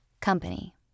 company